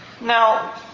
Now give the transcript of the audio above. Now